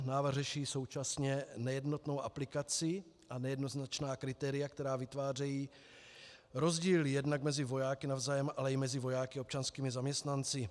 Návrh řeší současně nejednotnou aplikaci a nejednoznačná kritéria, která vytvářejí rozdíly jednak mezi vojáky navzájem, ale i mezi vojáky a občanskými zaměstnanci.